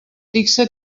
fixa